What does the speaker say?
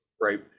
right